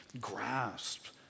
grasped